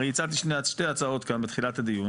הרי הצעתי שתי הצעות כאן בתחילת הדיון